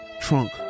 trunk